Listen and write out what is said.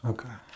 Okay